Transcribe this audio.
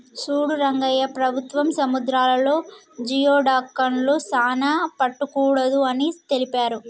సూడు రంగయ్య ప్రభుత్వం సముద్రాలలో జియోడక్లను సానా పట్టకూడదు అని తెలిపారు